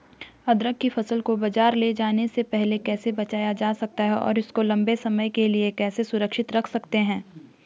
अदरक की फसल को बाज़ार ले जाने से पहले कैसे बचाया जा सकता है और इसको लंबे समय के लिए कैसे सुरक्षित रख सकते हैं?